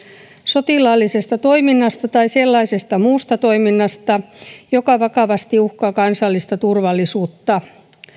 sotilaallisesta toiminnasta tai sellaisesta muusta toiminnasta joka vakavasti uhkaa kansallista turvallisuutta